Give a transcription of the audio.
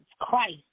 Christ